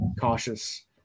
cautious